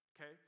okay